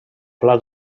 pla